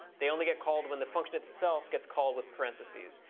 they only get called when the function itself gets called with parentheses.